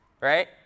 right